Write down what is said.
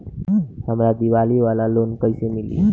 हमरा दीवाली वाला लोन कईसे मिली?